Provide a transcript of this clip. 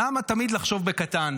למה תמיד לחשוב בקטן?